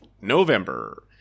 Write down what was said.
november